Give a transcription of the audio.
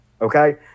okay